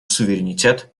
суверенитет